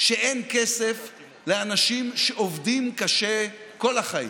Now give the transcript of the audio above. שאין כסף לאנשים שעובדים קשה כל החיים.